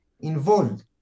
involved